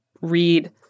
read